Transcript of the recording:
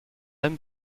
allem